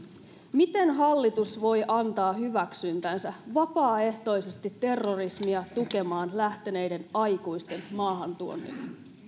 miten hallitus voi antaa hyväksyntänsä vapaaehtoisesti terrorismia tukemaan lähteneiden aikuisten maahantuonnille